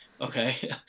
okay